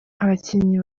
abakinnyi